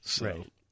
Right